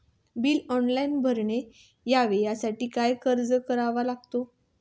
Bill online भरले जावे यासाठी काय अर्ज करावा लागेल?